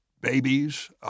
babies